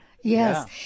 Yes